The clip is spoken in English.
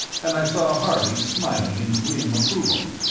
and i saw harley smiling in grim approval.